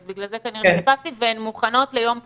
אז בגלל זה כנראה פספסתי והן מוכנות ליום פקודה?